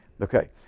Okay